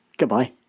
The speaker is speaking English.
goodbye